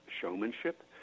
showmanship